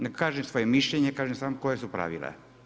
Ne kažem svoje mišljenje, kažem samo koja su pravila.